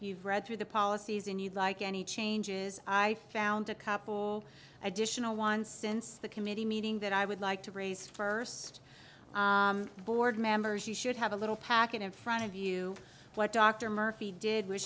you've read through the policies and you'd like any changes i found a couple additional ones since the committee meeting that i would like to raise first board members you should have a little packet in front of you what dr murphy did w